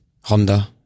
Honda